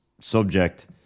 subject